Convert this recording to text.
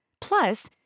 Plus